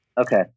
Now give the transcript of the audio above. Okay